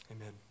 Amen